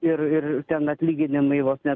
ir ir ten atlyginimai vos ne